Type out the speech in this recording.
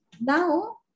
now